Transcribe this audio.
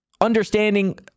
Understanding